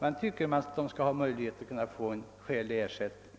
Man tycker att patienterna skall ha möjlighet att få en skälig ersättning.